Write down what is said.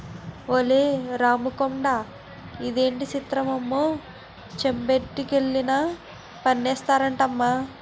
ఒలే రాముకొండా ఇదేటి సిత్రమమ్మో చెంబొట్టుకెళ్లినా పన్నేస్తారటమ్మా